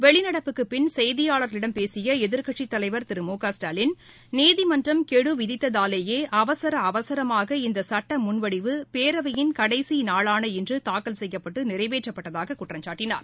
வெளிநடப்புக்கு பின் செய்தியாளர்களிடம் பேசிய எதிர்கட்சித் தலைவர் திரு மு க ஸ்டாலின் நீதிமன்றம் கெடு விதித்ததாலேயே அவசர அவசரமாக இந்த சட்ட முன்வடிவு பேரவையின் கடைசி நாளான இன்று தாக்கல் செய்யப்பட்டு நிறைவேற்றப்பட்டதாக குற்றம் சாட்டினார்